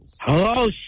hello